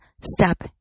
step